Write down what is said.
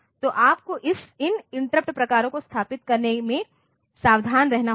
तो आपको इन इंटरप्ट प्रकारों को स्थापित करने में सावधान रहना होगा